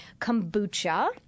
Kombucha